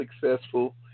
successful